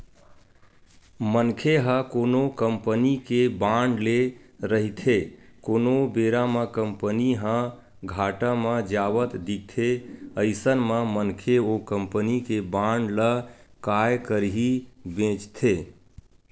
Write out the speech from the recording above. मनखे ह कोनो कंपनी के बांड ले रहिथे कोनो बेरा म कंपनी ह घाटा म जावत दिखथे अइसन म मनखे ओ कंपनी के बांड ल काय करही बेंचथे